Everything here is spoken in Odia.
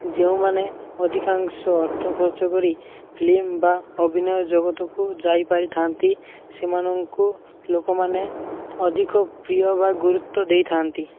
ଯେଉଁମାନେ ଅଧିକାଂଶ ଅର୍ଥ ଖର୍ଚ୍ଚ କରି ଫିଲ୍ମ ବା ଅଭିନୟ ଜଗତକୁ ଯାଇପାରିଥାନ୍ତି ସେମାନଙ୍କୁ ଲୋକମାନେ ଅଧିକ ପ୍ରିୟ ବା ଗୁରୁତ୍ୱ ଦେଇଥାନ୍ତି